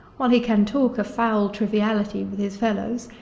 while he can talk a foul triviality with his fellows,